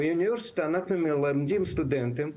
באוניברסיטה אנחנו מלמדים סטודנטים,